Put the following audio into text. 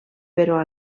però